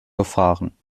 gefahren